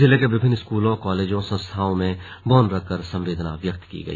जिले के विभिन्न स्कूलों कालेजों संस्थाओं में मौन रखकर संवेदना व्यक्त की गई